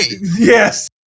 Yes